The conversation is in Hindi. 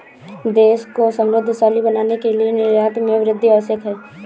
देश को समृद्धशाली बनाने के लिए निर्यात में वृद्धि आवश्यक है